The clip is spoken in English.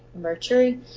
Mercury